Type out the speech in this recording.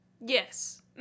Yes